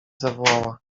zawołała